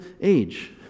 age